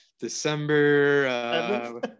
December